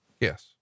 Yes